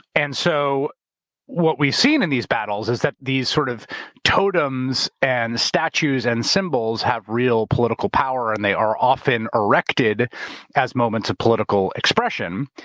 and so what we seen in these battles is that these sort of totems and the statues and symbols have real political power and they are often erected as moments of political expression.